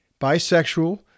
Bisexual